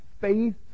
faith